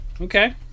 Okay